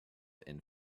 and